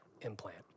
implant